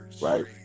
Right